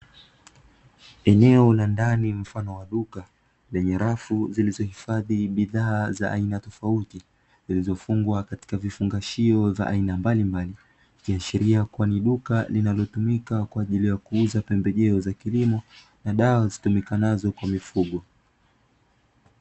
Eneo la ndani mfano wa duka, lenye rafu zilizohifadhi bidhaa za aina tofauti, zilizofungwa katika vifungashio vya aina mbalimbali. Ikiashiria kuwa ni duka linalotumika kwa ajili ya kuuza pembejeo za kilimo na dawa zitumikazo kwa mifugo.